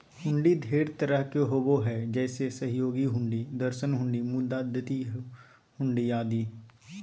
हुंडी ढेर तरह के होबो हय जैसे सहयोग हुंडी, दर्शन हुंडी, मुदात्ती हुंडी आदि